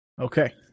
Okay